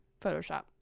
Photoshop